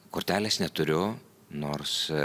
kortelės neturiu nors